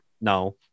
no